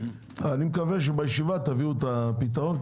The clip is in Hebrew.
אני מקווה שבישיבה תביאו את הפתרון,